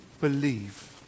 believe